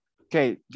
Okay